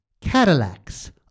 Cadillacs